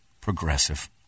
Progressive